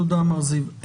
תודה, מר זיו.